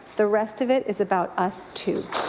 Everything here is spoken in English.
the rest of it is about us too.